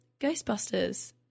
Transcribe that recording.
Ghostbusters